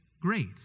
great